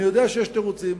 אני יודע שיש תירוצים.